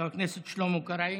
חבר הכנסת שלמה קרעי.